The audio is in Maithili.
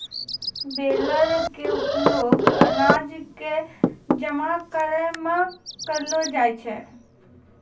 बेलर के उपयोग अनाज कॅ जमा करै मॅ करलो जाय छै